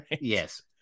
yes